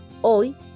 Hoy